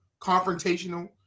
confrontational